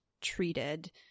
treated